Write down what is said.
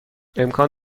امکان